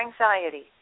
anxiety